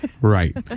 Right